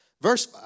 verse